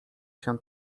się